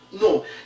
no